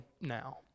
now